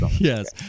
Yes